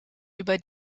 über